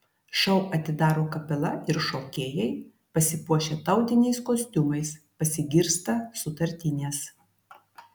šou atidaro kapela ir šokėjai pasipuošę tautiniais kostiumais pasigirsta sutartinės